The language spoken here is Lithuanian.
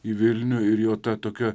į vilnių ir jo ta tokia